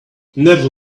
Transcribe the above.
never